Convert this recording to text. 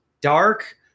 dark